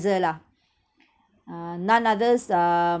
lah uh none others uh